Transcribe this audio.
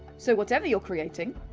so whatever you're creating,